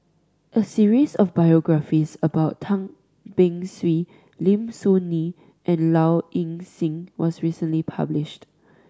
a series of biographies about Tan Beng Swee Lim Soo Ngee and Low Ing Sing was recently published